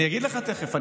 אני אגיד לך תכף.